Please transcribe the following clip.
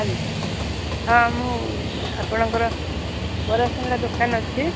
hello ହଁ ମୁଁ ଆପଣଙ୍କର ବରା ସିଙ୍ଗଡ଼ା ଦୋକାନ ଅଛି